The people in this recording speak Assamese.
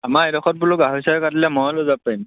আমাৰ এইডোখত বোলো গাহৰি কাটিলে ময়ে লৈ যাব পাৰিম